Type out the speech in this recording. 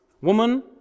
Woman